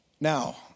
now